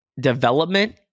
Development